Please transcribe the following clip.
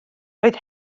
roedd